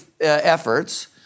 efforts